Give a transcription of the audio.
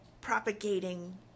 propagating